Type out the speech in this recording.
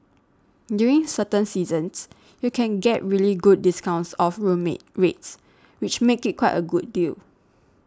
during certain seasons you can get really good discounts off room rates which make it quite a good deal